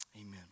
Amen